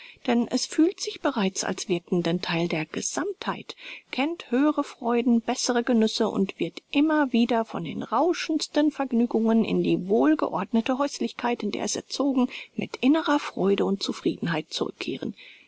denn es fühlt sich bereits als wirkenden theil der gesammtheit kennt höhere freuden bessere genüsse und wird immer wieder von den rauschendsten vergnügungen in die wohlgeordnete häuslichkeit in der es erzogen mit innerer freude und zufriedenheit zurückkehren